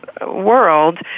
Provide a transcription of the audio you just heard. world